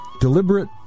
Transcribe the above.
deliberate